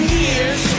years